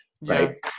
right